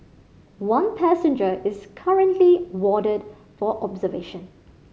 one passenger is currently warded for observation